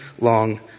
long